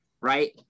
right